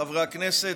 חברי הכנסת,